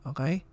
Okay